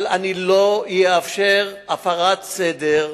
אבל אני לא אאפשר הפרת סדר,